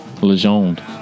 Legend